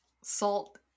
salt